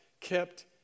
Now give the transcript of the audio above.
kept